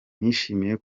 nishimiye